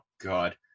God